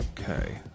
Okay